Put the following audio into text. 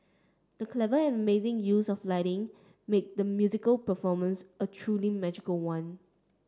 the clever and amazing use of lighting made the musical performance a truly magical one